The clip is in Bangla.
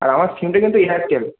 আর আমার সিমটা কিন্তু এয়ারটেল